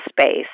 space